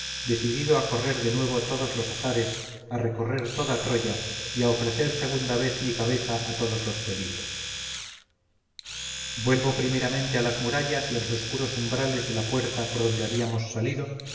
decidido a correr de nuevo todos los azares a recorrer toda troya y a ofrecer segunda vez mi cabeza a todos los peligros vuelvo primeramente a las murallas y a los oscuros umbrales de la puerta por donde habíamos salido